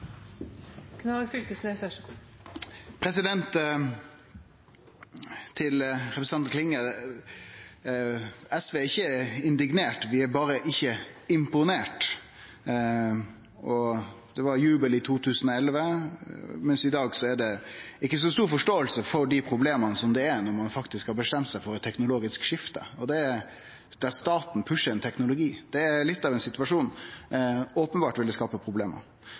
ikkje indignert, vi er berre ikkje imponert. Det var jubel i 2011, mens i dag er det ikkje så stor forståing for dei problema som er der når ein faktisk har bestemt seg for eit teknologisk skifte, der staten pusher ein teknologi. Det er litt av ein situasjon og openbert vil det skape problem.